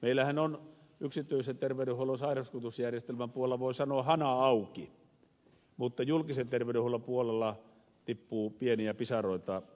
meillähän on yksityisen terveydenhuollon sairausvakuutusjärjestelmän puolella voi sanoa hana auki mutta julkisen terveydenhuollon puolella tippuu pieniä pisaroita